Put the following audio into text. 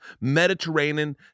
Mediterranean